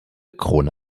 krone